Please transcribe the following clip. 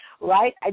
right